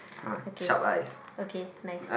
okay okay nice